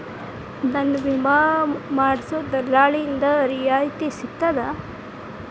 ನನ್ನ ವಿಮಾ ಮಾಡಿಸೊ ದಲ್ಲಾಳಿಂದ ರಿಯಾಯಿತಿ ಸಿಗ್ತದಾ?